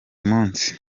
munsi